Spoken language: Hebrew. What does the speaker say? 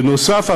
בנוסף,